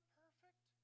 perfect